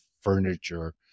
furniture